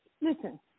Listen